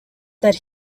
that